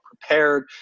prepared